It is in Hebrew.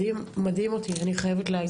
מדהים אותי, אני חייבת להגיד.